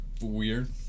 weird